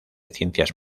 ciencias